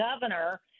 governor